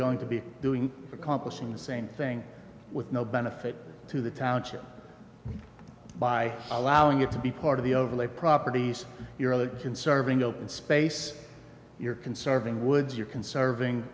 going to be doing accomplishing the same thing with no benefit to the township by allowing it to be part of the overlay properties your religion serving open space your conserving would your conserving